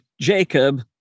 Jacob